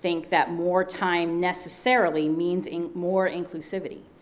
think that more time necessarily means more inclusivity.